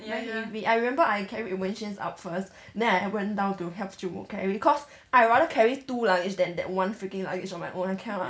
I remember I carried wenxuan's up first then I went down to help 舅母 carry cause I rather carry two luggage then that one freaking luggage on my own I cannot